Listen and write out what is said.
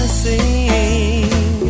sing